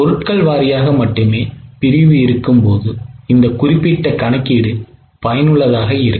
பொருட்கள் வாரியாக மட்டுமே பிரிவு இருக்கும்போது இந்த குறிப்பிட்ட கணக்கீடு பயனுள்ளதாக இருக்கும்